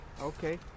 Okay